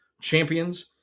champions